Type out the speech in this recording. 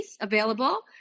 available